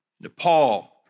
Nepal